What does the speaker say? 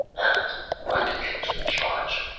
and riding him to the charge,